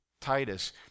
Titus